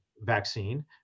vaccine